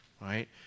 right